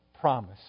promise